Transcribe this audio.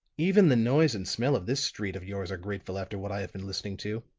even the noise and smell of this street of yours are grateful after what i have been listening to,